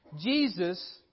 Jesus